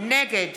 נגד